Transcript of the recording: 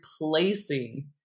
replacing